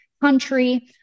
country